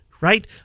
right